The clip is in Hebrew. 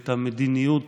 ואת המדיניות